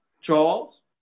Charles